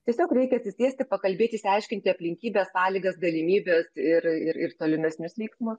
tiesiog reikia atsisėsti pakalbėti išsiaiškinti aplinkybes sąlygas galimybes ir ir ir tolimesnius veiksmus